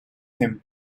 him